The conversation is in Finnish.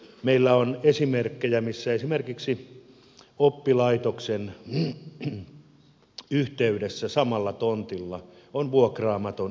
meillä on esimerkkejä missä esimerkiksi oppilaitoksen yhteydessä samalla tontilla on vuokraamaton edustussaunatila